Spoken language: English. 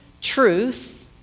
truth